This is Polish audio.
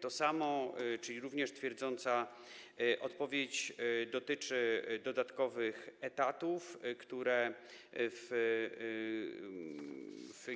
To samo, czyli również twierdząca odpowiedź, dotyczy dodatkowych etatów, które w